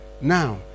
Now